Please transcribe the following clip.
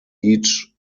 each